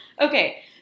Okay